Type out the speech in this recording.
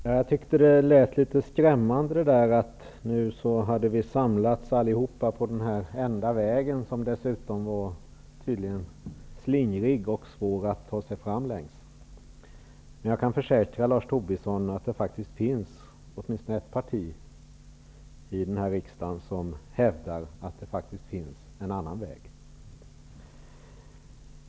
Herr talman! Jag tyckte det lät litet skrämmande att vi nu hade samlats på den enda vägen, som dessutom tydligen var både slingrig och svår att ta sig fram på. Jag kan emellertid försäkra Lars Tobisson att åtminstone ett parti i den här riksdagen hävdar att det faktiskt finns en annan väg.